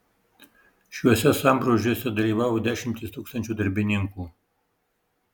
šiuose sambrūzdžiuose dalyvavo dešimtys tūkstančių darbininkų